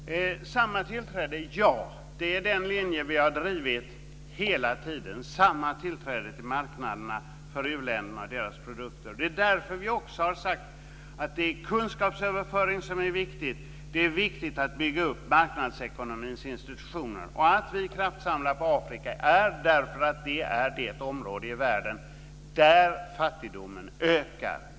Fru talman! Samma tillträde - ja. Det är den linje vi har drivit hela tiden: samma tillträde till marknaderna för u-länderna och deras produkter. Det är därför vi också har sagt att det är kunskapsöverföring som är viktig. Det är viktigt att bygga upp marknadsekonomins institutioner. Anledningen till att vi kraftsamlar på Afrika är att det är det område i världen där fattigdomen ökar.